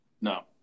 no